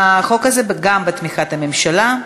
גם החוק הזה בתמיכת הממשלה.